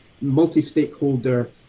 multi-stakeholder